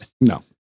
No